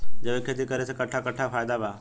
जैविक खेती करे से कट्ठा कट्ठा फायदा बा?